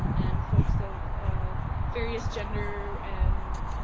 um and folks of various gender and